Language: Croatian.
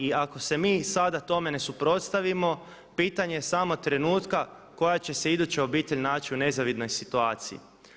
I ako se mi sada tome ne suprotstavimo pitanje je samo trenutka koja će se iduća obitelj naći u nezavidnoj situaciji.